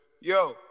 yo